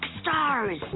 stars